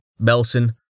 Belson